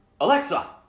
Alexa